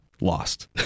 lost